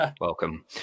Welcome